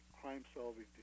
crime-solving